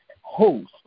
host